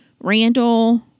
Randall